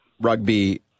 rugby